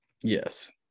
Yes